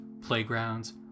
playgrounds